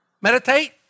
Meditate